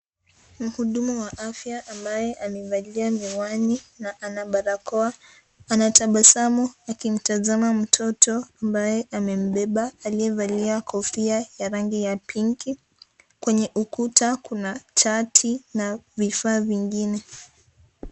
Mhuduma wa afya ambaye amevalia miwani na ana barakoa. Anatabasamu akimtazama mtoto ambaye amembeba aliyevalia kofia ya rangi ya pinki. Kwenye ukuta kuna chati na vifaa vingine.